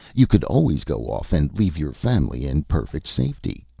you could always go off and leave your family in perfect safety.